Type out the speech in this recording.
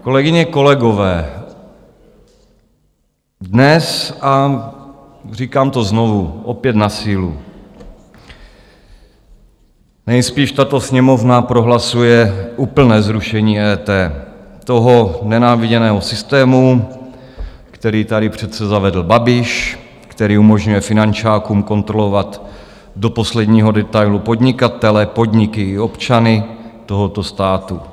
Kolegyně, kolegové, dnes, a říkám to znovu, opět na sílu, nejspíš tato Sněmovna prohlasuje úplné zrušení EET, toho nenáviděného systému, který tady přece zavedl Babiš, který umožňuje finančákům kontrolovat do posledního detailu podnikatele, podniky i občany tohoto státu.